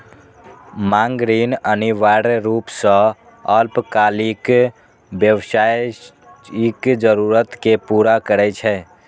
मांग ऋण अनिवार्य रूप सं अल्पकालिक व्यावसायिक जरूरत कें पूरा करै छै